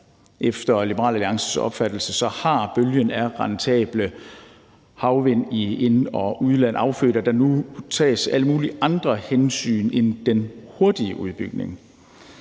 Efter Liberal Alliances opfattelse har bølgen af rentable havvindmølleprojekter i ind- og udland affødt, at der nu tages alle mulige andre hensyn end den hurtige udbygning.